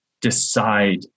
decide